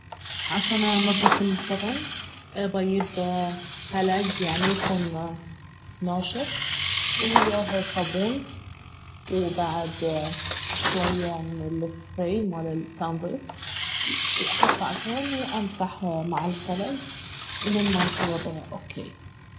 عشان انظف الفرن باييب خلق يعني يكون ناشف وياه صابون وبعد شوية من السبراي مال تنظيف واحطه على الفرن وامسح مع الخلق الين ما يصير اوكي